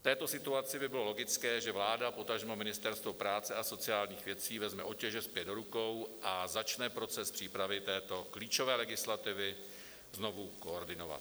V této situaci by bylo logické, že vláda, potažmo Ministerstvo práce a sociálních věcí vezme otěže zpět do rukou a začne proces přípravy této klíčové legislativy znovu koordinovat.